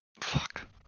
Fuck